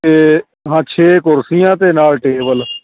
ਅਤੇ ਹਾਂ ਛੇ ਕੁਰਸੀਆਂ ਅਤੇ ਨਾਲ਼ ਟੇਬਲ